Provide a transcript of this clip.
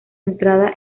entrada